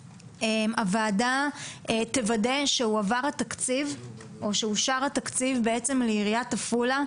הוועדה תוודא שהועבר התקציב או שאושר התקציב בעצם לעיריית עפולה,